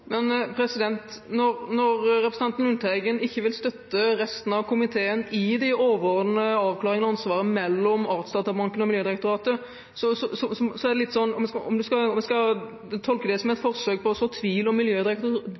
Når representanten Lundteigen ikke vil støtte resten av komiteen i de overordnede avklaringer av ansvaret mellom Artsdatabanken og Miljødirektoratet, blir det på en måte om en skal tolke det som et forsøk på å så tvil om